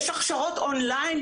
יש הכשרות און-ליין,